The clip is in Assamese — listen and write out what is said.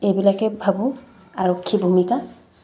এইবিলাকে ভাবোঁ আৰক্ষীৰ ভূমিকা